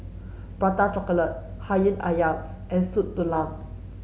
prata chocolate hati ayam and soup tulang